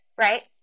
right